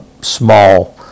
small